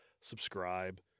subscribe